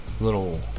little